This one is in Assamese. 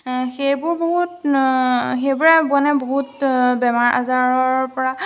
সেইবোৰ বহুত সেইবোৰে মানে বহুত বেমাৰ আজাৰৰ পৰা